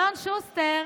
אלון שוסטר